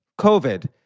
COVID